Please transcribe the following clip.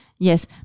yes